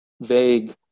vague